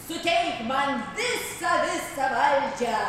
suteik man visą visą valdžią